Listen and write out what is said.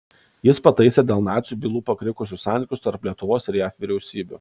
jis pataisė dėl nacių bylų pakrikusius santykius tarp lietuvos ir jav vyriausybių